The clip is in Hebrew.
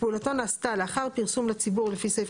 פעולתו נעשתה לאחר פרסום לציבור לפי סעיף